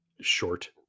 short